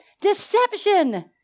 Deception